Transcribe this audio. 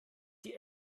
die